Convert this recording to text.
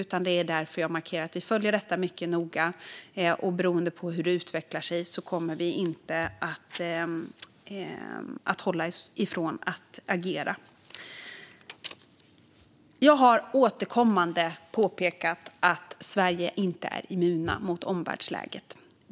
Därför markerar jag att vi följer detta mycket noga, och beroende på hur det utvecklar sig kommer vi inte att avhålla oss från att agera. Jag har återkommande påpekat att Sverige inte är immunt mot omvärldsläget.